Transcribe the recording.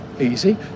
easy